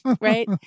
right